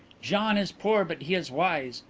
gian is poor but he is wise.